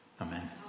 amen